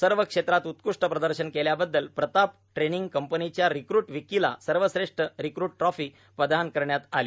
सर्व क्षेत्रात उत्कृष्ट प्रदर्शन केल्याबद्दल प्रताप ट्रेनिंग कंपनीच्या रिक्रट विक्कीला सर्वश्रेष्ठ रिक्रट ट्राफी प्रदान करण्यात आली